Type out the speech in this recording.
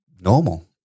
normal